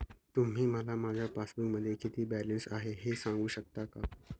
तुम्ही मला माझ्या पासबूकमध्ये किती बॅलन्स आहे हे सांगू शकता का?